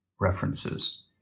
references